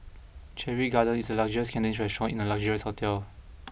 Cherry Garden is a luxurious Cantonese restaurant in a luxurious hotel